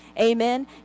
Amen